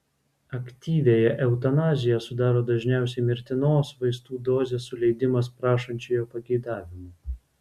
aktyviąją eutanaziją sudaro dažniausiai mirtinos vaistų dozės suleidimas prašančiojo pageidavimu